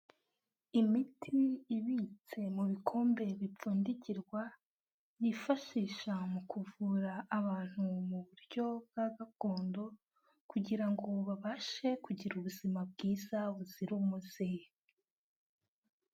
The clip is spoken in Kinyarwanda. Imiti ibitse mu bikombe bipfundikirwa, bifashisha mu kuvura abantu mu buryo bwa gakondo kugira ngo babashe kugira ubuzima bwiza buzira umuze.